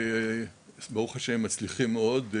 וברוך השם הם מצליחים מאוד.